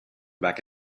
back